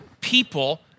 people